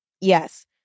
Yes